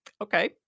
Okay